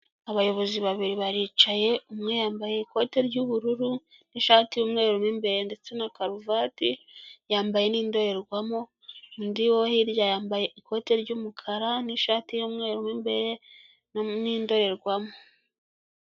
Abayobozi babiri baricaye, umwe yambaye ikote ry'ubururu n'ishati y'umweru mu imbere ndetse na karuvati, Yambaye n' indorerwamo. Undi wo hirya yambaye ikote ry'umukara n'ishati y'umweru mu imbere n' indorerwamo.